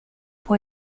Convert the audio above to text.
può